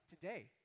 today